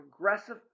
progressive